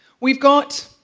we've got